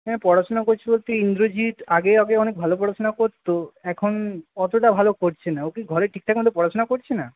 হ্যাঁ পড়াশুনা করছে বলতে ইন্দ্রজিৎ আগে আগে অনেক ভালো পড়াশোনা করতো এখন অতটা ভালো করছে না ও কি ঘরে ঠিকঠাক মতো পড়াশোনা করছে না